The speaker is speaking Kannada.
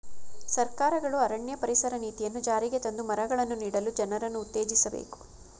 ಸರ್ಕಾರಗಳು ಅರಣ್ಯ ಪರಿಸರ ನೀತಿಯನ್ನು ಜಾರಿಗೆ ತಂದು ಮರಗಳನ್ನು ನೀಡಲು ಜನರನ್ನು ಉತ್ತೇಜಿಸಬೇಕು